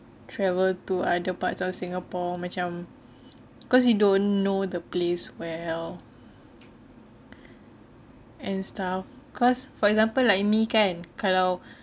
travel to other parts of singapore macam cause you don't know the place well and stuff cause for example like me kan kalau